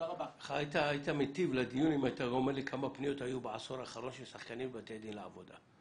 כמה פניות היו בעשור האחרון של שחקנים לבית דין לעבודה?